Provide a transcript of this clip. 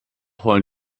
heulen